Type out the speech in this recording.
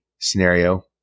scenario